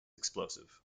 explosive